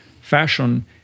fashion